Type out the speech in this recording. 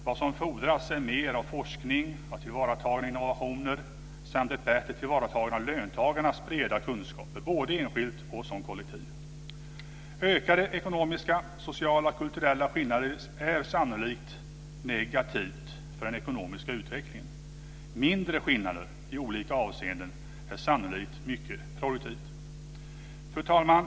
Vad som fordras är mer av forskning, tillvaratagande av innovationer samt ett bättre tillvaratagande av löntagarnas breda kunskaper både enskilt och som kollektiv. Ökade ekonomiska, sociala och kulturella skillnader är sannolikt negativt för den ekonomiska utvecklingen. Mindre skillnader i olika avseenden är sannolikt mycket produktivt. Fru talman!